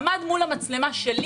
עמד מול המצלמה שלי